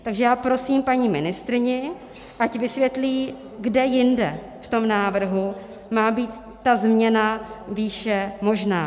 Takže prosím paní ministryni, ať vysvětlí, kde jinde v tom návrhu má být ta změna výše možná.